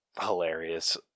hilarious